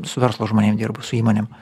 su verslo žmonėm dirbu su įmonėm